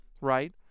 right